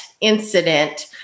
incident